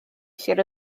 sir